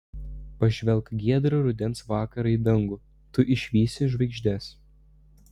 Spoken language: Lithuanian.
pažvelk giedrą rudens vakarą į dangų tu išvysi žvaigždes